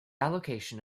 allocation